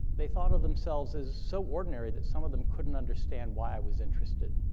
they thought of themselves as so ordinary that some of them couldn't understand why i was interested.